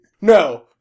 No